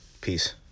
peace